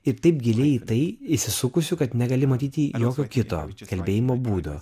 ir taip giliai į tai įsisukusiu kad negali matyti jokio kito kalbėjimo būdo